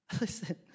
Listen